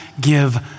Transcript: give